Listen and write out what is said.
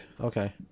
Okay